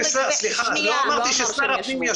סליחה, לא אמרתי ששר הפנים ישב.